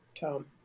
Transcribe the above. Tom